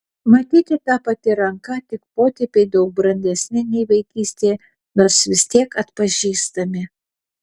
matyti ta pati ranka tik potėpiai daug brandesni nei vaikystėje nors vis tiek atpažįstami